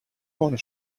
corner